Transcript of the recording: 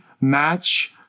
Match